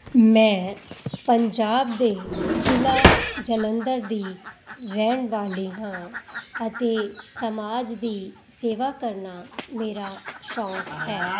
ਮੈਂ ਪੰਜਾਬ ਦੇ ਜ਼ਿਲ੍ਹਾ ਜਲੰਧਰ ਦੀ ਰਹਿਣ ਵਾਲੀ ਹਾਂ ਅਤੇ ਸਮਾਜ ਦੀ ਸੇਵਾ ਕਰਨਾ ਮੇਰਾ ਸ਼ੌਂਕ ਹੈ